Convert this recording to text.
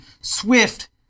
swift